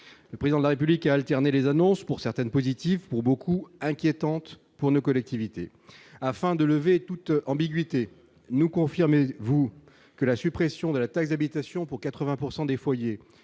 le président de la République alterner les annonces pour certaines positives pour beaucoup inquiétante pour nos collectivités afin de lever toute ambiguïté, nous confirmez-vous que la suppression de la taxe d'habitation pour 80 pourcent